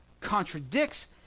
contradicts